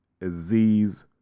Aziz